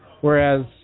Whereas